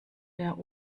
der